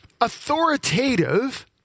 authoritative